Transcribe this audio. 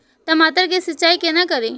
टमाटर की सीचाई केना करी?